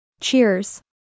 Cheers